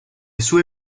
sue